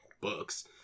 books